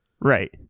Right